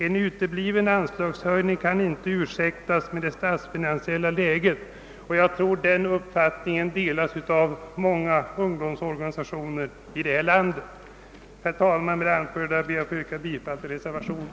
En utebliven anslagshöjning kan inte ursäktas med det statsfinansiella läget.» Jag tror att den uppfattningen delas av flertalet ungdomsorganisationer i vårt land. Herr talman! Med det anförda ber jag att få yrka bifall till reservationen.